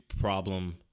problem